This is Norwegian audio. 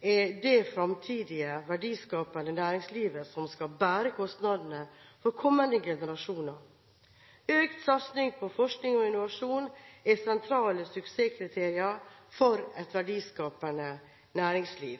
er det fremtidige, verdiskapende næringslivet som skal bære kostnadene for kommende generasjoner. Økt satsing på forskning og innovasjon er sentrale suksesskriterier for et verdiskapende næringsliv.